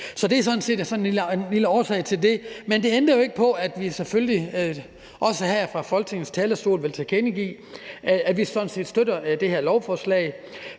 Så det er sådan set den lille årsag til det. Men det ændrer jo ikke på, at vi selvfølgelig også her fra Folketingets talerstol vil tilkendegive, at vi sådan set støtter det her lovforslag,